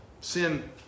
Sin